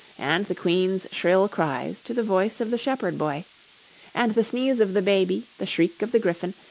and the queen's shrill cries to the voice of the shepherd boy and the sneeze of the baby, the shriek of the gryphon,